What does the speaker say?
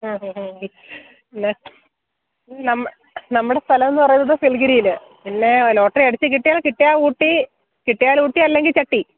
പിന്നെ നമ്മൾ നമ്മുടെ സ്ഥലമെന്ന് പറയുന്നത് ഫിൽഗിരിയിൽ പിന്നെ ലോട്ടറി അടിച്ച് കിട്ടിയാൽ കിട്ടിയാൽ ഊട്ടി കിട്ടിയാൽ ഊട്ടി അല്ലെങ്കിൽ ചട്ടി